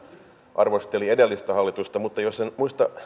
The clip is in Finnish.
arvosteli edellistä hallitusta mutta jos en muista